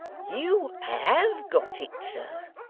you have got it, sir.